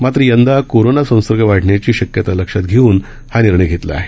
मात्र यंदा कोरोना संसर्ग वाढण्याची शक्यता लक्षात घेऊन हा निर्णय घेतला आहे